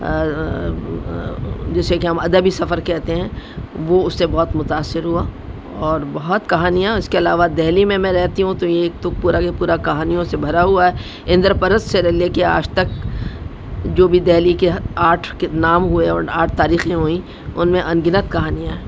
جیسے کہ ہم ادبی سفر کہتے ہیں وہ اس سے بہت متاثر ہوا اور بہت کہانیاں اس کے علاوہ دہلی میں میں رہتی ہوں تو یہ ایک تو پورا کہ پورا کہانیوں سے بھرا ہوا ہے اندر پرست سے لے کے آج تک جو بھی دہلی کے آٹھ کے نام ہوئے اور آٹھ تاریخیں ہوئیں ان میں ان گنت کہانیاں ہیں